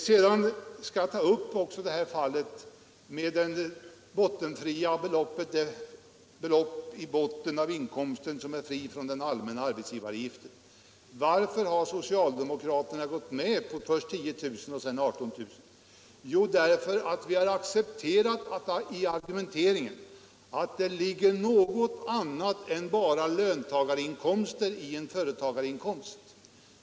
Sedan skall jag också ta upp fallet med det belopp i botten av inkomsten som är fritt från den allmänna arbetsgivaravgiften. Varför har socialdemokraterna gått med på först 10 000 och sedan 18 000 kr.? Jo, därför att vi har accepterat den argumenteringen att det ligger något annat än bara löntagarinkomster i en företagarinkomst.